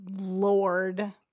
lord